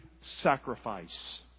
sacrifice